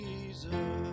Jesus